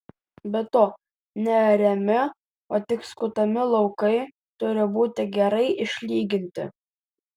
be to neariami o tik skutami laukai turi būti gerai išlyginti